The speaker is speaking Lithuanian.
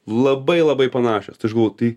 labai labai panašios tai aš galvoju tai